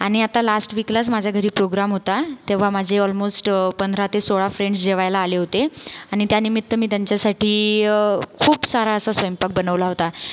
आणि आता लास्ट विकलाच माझ्या घरी प्रोग्राम होता तेव्हा माझे ऑलमोस्ट पंधरा ते सोळा फ्रेंड्स जेवायला आले होते आणि त्यानिमित्त मी त्यांच्यासाठी खूप सारा असं स्वयंपाक बनवला होता